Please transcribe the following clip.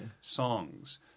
songs